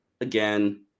Again